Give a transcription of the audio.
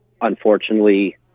unfortunately